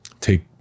take